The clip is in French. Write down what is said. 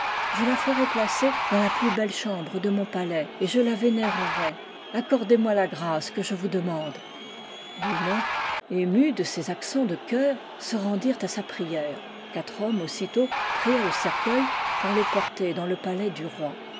je la ferai placer dans la plus belle chambre de mon palais et je la vénérerai accordez-moi la grâce que je vous demande les nains émus de ses accents de cœur se rendirent à sa prière quatre hommes aussitôt prirent le cercueil pour le porter dans le palais du roi